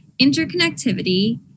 interconnectivity